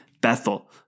Bethel